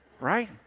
right